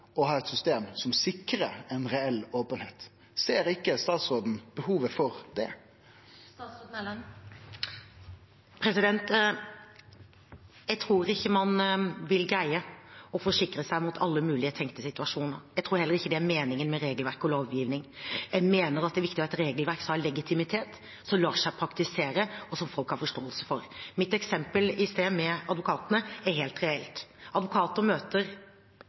å ha eit system som sikrar reell openheit. Ser ikkje statsråden behovet for det? Jeg tror ikke man vil greie å forsikre seg mot alle mulige tenkte situasjoner. Jeg tror heller ikke det er meningen med regelverk og lovgivning. Jeg mener det er viktig å ha et regelverk som har legitimitet, som lar seg praktisere, og som folk har forståelse for. Mitt eksempel i sted med advokatene er helt reelt. Advokater møter